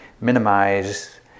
minimize